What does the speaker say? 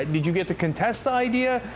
did you get to contest the idea?